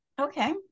Okay